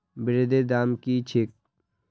ब्रेदेर दाम की छेक